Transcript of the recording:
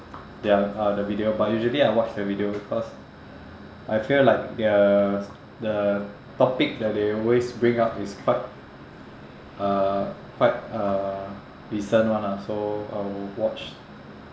ya uh the video but usually I'll watch the video cause I feel like the the topic that they always bring up is quite uh quite uh recent [one] ah so I'll watch